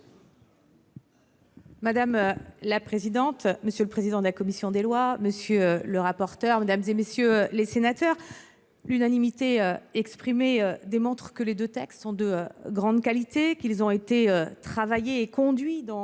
Madame la présidente, monsieur le président de la commission des lois, monsieur le rapporteur, mesdames, messieurs les sénateurs, l'unanimité exprimée démontre que les deux textes sont de grande qualité : le travail a été conduit dans